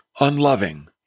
Unloving